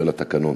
בשל התקנון.